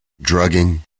drugging